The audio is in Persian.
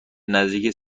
نزدیک